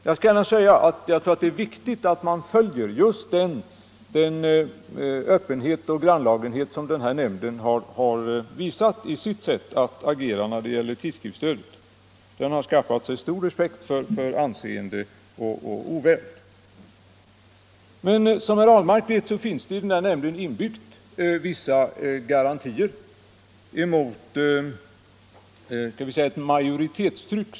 Jag tror att det är viktigt att man följer just den öppenhet och grannlagenhet som den här nämnden har visat i sitt sätt att agera när det gäller tidskriftsstödet. Den har skaffat sig stor respekt för omdöme och oväld. Men som herr Ahlmark vet finns det i denna nämnd inbyggt vissa garantier mot ett — skall vi säga — majoritetstryck.